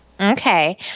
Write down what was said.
Okay